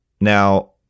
Now